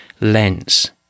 lens